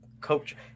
coach